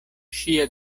ŝia